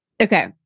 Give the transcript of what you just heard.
Okay